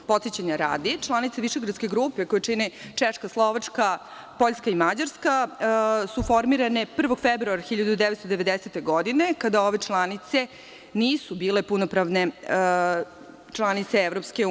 Podsećanja radi, članice Višegradske grupe, koju čine Češka, Slovačka, Poljska i Mađarska, formirane su 1. februara 1990. godine, kada ove članice nisu bile punopravne članice EU.